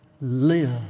live